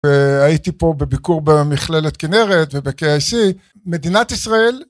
אה... הייתי פה בביקור במכללת כנרת וב- KIC, מדינת ישראל...